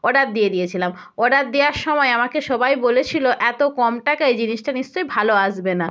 order দিয়ে দিয়েছিলাম order দেওয়ার সময় আমাকে সবাই বলেছিল এত কম টাকায় জিনিসটা নিশ্চয়ই ভালো আসবে না